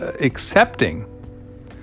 accepting